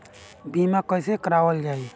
बीमा कैसे कराएल जाइ?